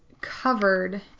covered